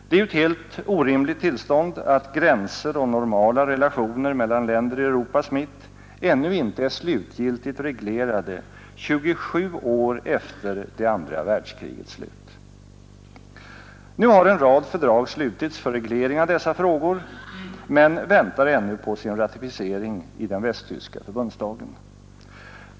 Det är ju ett helt orimligt tillstånd att gränser och normala relationer mellan länder i Europas mitt ännu inte är slutgiltigt reglerade 27 år efter det andra världskrigets slut. Nu har en rad fördrag slutits för reglering av dessa frågor, men väntar ännu på sin ratificering i den västtyska förbundsdagen.